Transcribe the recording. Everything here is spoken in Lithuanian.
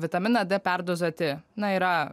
vitaminą d perdozuoti na yra